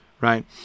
Right